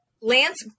Lance